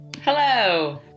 Hello